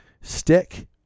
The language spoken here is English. stick